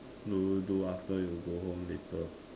do you do after you go home later